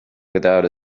without